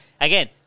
again